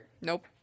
Nope